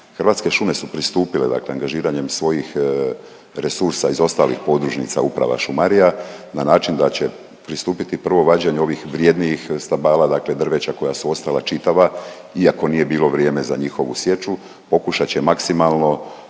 Hrvatske šume su pristupile dakle angažiranjem svojih resursa iz ostalih Podružnica Uprava šumarija na način da će pristupiti prvo vađenju ovih vrjednijih stabala, dakle drveća koja su ostala čitava iako nije bilo vrijeme za njihovu sječu, pokušat će maksimalno